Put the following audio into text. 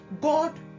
God